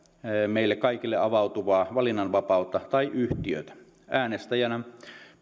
meille kaikille avautuvaa valinnanvapautta tai yhtiötä